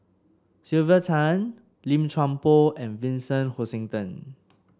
Sylvia Tan Lim Chuan Poh and Vincent Hoisington